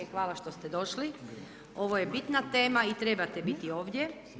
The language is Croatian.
Hvala što ste došli, ovo je bitna tema i trebate biti ovdje.